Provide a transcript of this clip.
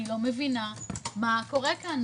אני לא מבינה מה קורה כאן.